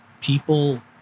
people